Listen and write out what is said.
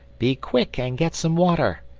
be quick and get some water.